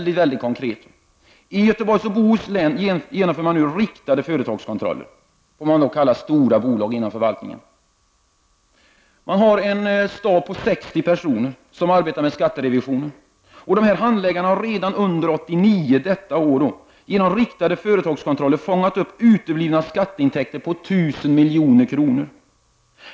I Göteborg och Bohuslän genomför man nu riktade företagskontroller på vad man kallar stora bolag. Man har en stab på 60 personer som arbetar med skatterevisioner. Dessa handläggare har redan under 1989 genom riktade företagskontroller fångat upp uteblivna skatteintäkter på 1000 milj.kr.